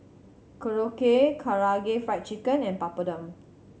Korokke Karaage Fried Chicken and Papadum